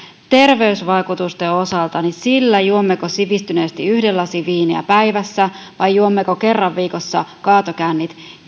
terveysvaikutusten osalta sillä juommeko sivistyneesti yhden lasin viiniä päivässä vai juommeko kerran viikossa kaatokännit